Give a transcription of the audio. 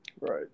Right